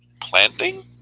planting